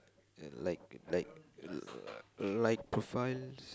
uh like like l~ like profiles